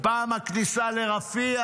פעם הכניסה לרפיח.